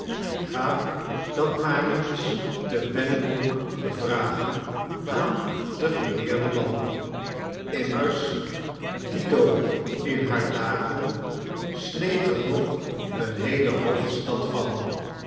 ga dat maar eens te bennebroek vragen aan den geleerden man de schoolmeester de gedichten van den schoolmeester immers dido in haar dagen sneed er nog een heele hoofdstad van